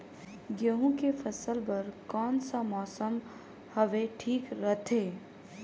गहूं के फसल बर कौन सा मौसम हवे ठीक रथे?